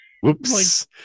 Whoops